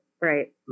Right